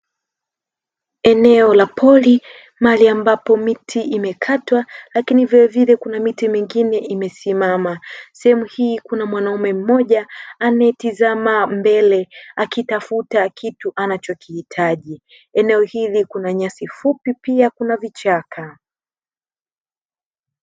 Eneo la pori mahali ambapo miti imekatwa lakini vilevile kuna miti mingine imesimama, sehemu hii kuna mwanaume mmoja anayetizama mbele akitafuta kitu anachohitaji; eneo hili kuna nyasi fupi pia kuna vichaka.